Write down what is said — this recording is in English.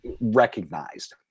recognized